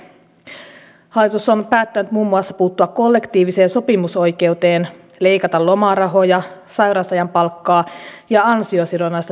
hallitus on päättänyt muun muassa puuttua kollektiiviseen sopimusoikeuteen leikata lomarahoja sairausajan palkkaa ja ansiosidonnaista työttömyysturvaa